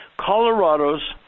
Colorado's